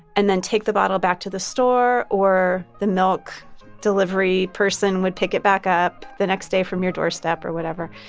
and then take the bottle back to the store, or the milk delivery person would pick it back up the next day from your doorstep or whatever.